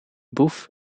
boef